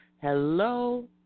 hello